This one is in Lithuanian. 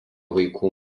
vaikų